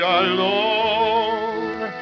alone